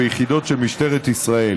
ביחידות של משטרת ישראל